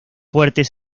fuertes